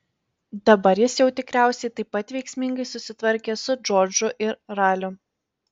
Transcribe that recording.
dabar jis jau tikriausiai taip pat veiksmingai susitvarkė su džordžu ir raliu